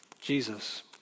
Jesus